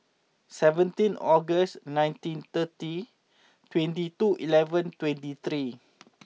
seventeen August nineteen thirty twenty two eleven twenty three